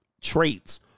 traits